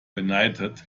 beneidet